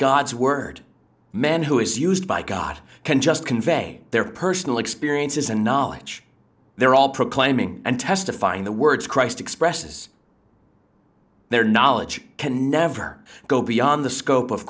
god's word men who is used by god can just convey their personal experiences and knowledge they're all proclaiming and testifying the words christ expresses their knowledge can never go beyond the scope of